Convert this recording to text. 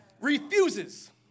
Refuses